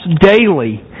daily